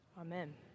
Amen